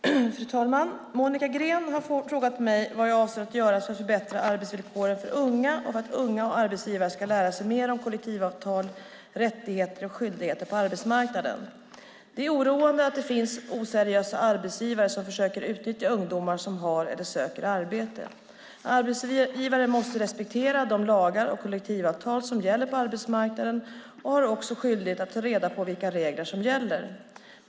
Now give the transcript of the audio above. Fru talman! Monica Green har frågat mig vad jag avser att göra för att förbättra arbetsvillkoren för unga och för att unga och arbetsgivare ska lära sig mer om kollektivavtal, rättigheter och skyldigheter på arbetsmarknaden. Det är oroande att det finns oseriösa arbetsgivare som försöker utnyttja ungdomar som har eller söker arbete. Arbetsgivare måste respektera de lagar och kollektivavtal som gäller på arbetsmarknaden och har också skyldighet att ta reda på vilka regler som gäller.